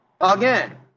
Again